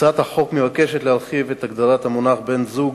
הצעת החוק מבקשת להרחיב את הגדרת המונח בן-זוג